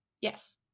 yes